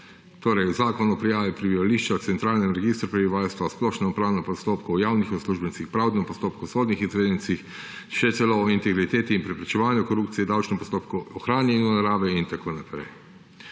v zakon o prijavi prebivališča, centralnem registru prebivalstva, splošnem upravnem postopku, o javnih uslužbencih, pravdnem postopku, sodnih izvedencih, še celo o integriteti in preprečevanju korupcije, davčnem postopku, ohranjanju narave in tako naprej.